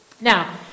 Now